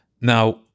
Now